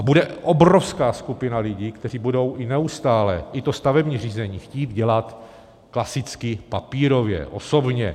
Bude obrovská skupina lidí, kteří budou i neustále i to stavební řízení chtít dělat klasicky papírově, osobně.